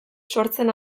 sortzen